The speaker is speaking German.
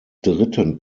dritten